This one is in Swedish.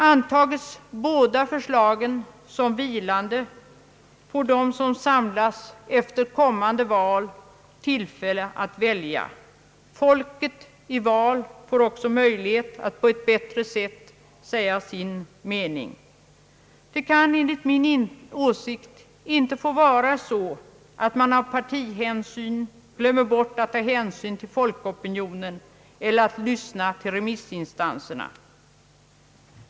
Antages båda förslagen som vilande får de som samlas efter kommande val tillfälle att välja. Folket i val får också möjlighet att på ett bättre sätt säga sin mening. Det kan enligt min åsikt inte få vara så, att man av partihänsyn glömmer bort att ta hänsyn till folkopinionen eller att lyssna till remissinstanserna.